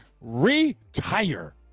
Retire